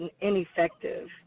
ineffective